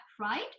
right